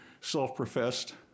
self-professed